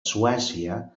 suècia